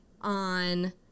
on